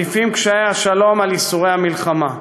עדיפים קשיי השלום על ייסורי המלחמה.